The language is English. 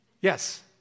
Yes